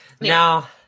Now